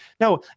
No